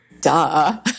duh